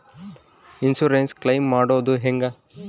Insurance claim ಮಾಡೋದು ಹೆಂಗ?